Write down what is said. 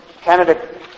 Canada